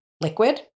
liquid